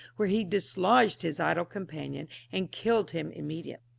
where he dislodged his idle companion, and killed him immediately.